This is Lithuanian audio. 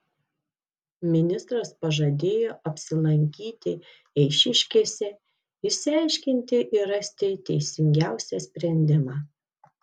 ministras pažadėjo apsilankyti eišiškėse išsiaiškinti ir rasti teisingiausią sprendimą